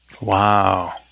Wow